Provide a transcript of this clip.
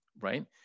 right